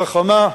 חכמה,